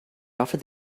offered